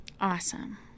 awesome